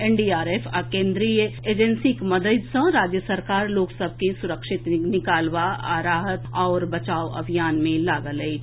NDRF आ अन्य केन्द्रीय एजेंसीक मददि सॅ राज्य सरकार लोक सभ के सुरक्षित निकालबा आ राहत आओर बचाव अभियान मे लागल अछि